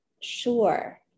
sure